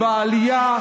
גנץ, בעלייה.